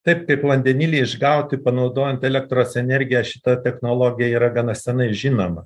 taip kaip vandenilį išgauti panaudojant elektros energiją šita technologija yra gana senai žinoma